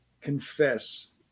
confess